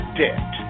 debt